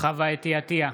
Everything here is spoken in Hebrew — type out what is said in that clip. חוה אתי עטייה,